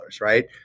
right